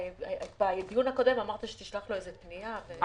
בדיון הקודם אמרת שתשלח לו פנייה.